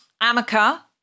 Amica